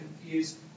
confused